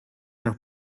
nos